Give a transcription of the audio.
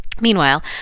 Meanwhile